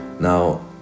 Now